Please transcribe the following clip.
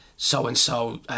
so-and-so